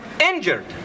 injured